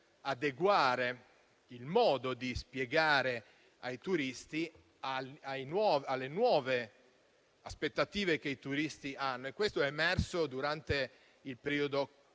adeguare il modo di spiegare alle nuove aspettative che i turisti hanno. Questo aspetto è emerso durante il periodo